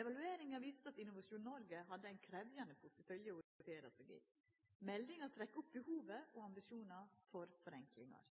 Evalueringa viste at Innovasjon Norge hadde ein krevjande portefølje å orientera seg i. Meldinga trekkjer opp behovet og ambisjonar for forenklingar.